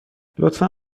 لطفا